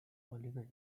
polygon